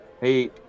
Hey